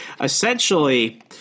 Essentially